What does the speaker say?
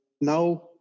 now